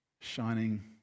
shining